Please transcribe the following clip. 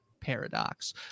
paradox